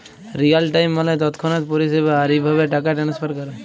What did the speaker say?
Real time মালে তৎক্ষণাৎ পরিষেবা, আর ইভাবে টাকা টেনেসফার ক্যরে